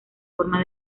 forma